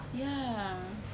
ya